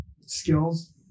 skills